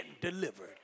delivered